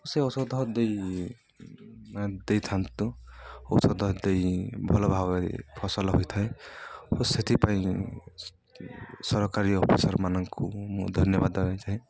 ଓ ସେ ଔଷଧ ଦେଇ ଦେଇଥାନ୍ତୁ ଔଷଧ ଦେଇ ଭଲ ଭାବରେ ଫସଲ ହୋଇଥାଏ ଓ ସେଥିପାଇଁ ସରକାରୀ ଅଫିସରମାନଙ୍କୁ ମୁଁ ଧନ୍ୟବାଦ ଦେଇଥାଏ